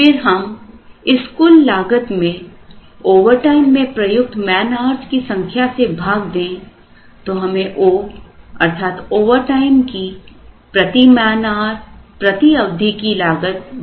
फिर हम इस कुल लागत में ओवरटाइम में प्रयुक्त मैनआउर्ज़ की संख्या से भाग दें तो हमें oअर्थात ओवरटाइम की प्रति मैनआउर् प्रति अवधि की लागत ज्ञात होगी